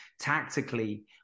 tactically